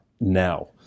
Now